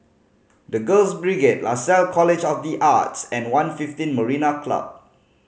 The Girls Brigade Lasalle College of The Arts and One fifteen Marina Club